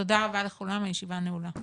תודה רבה לכולם, הישיבה נעולה.